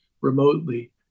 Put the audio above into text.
remotely